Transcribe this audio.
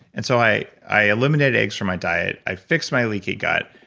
and so i i eliminated eggs from my diet. i fixed my leaky gut,